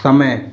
समय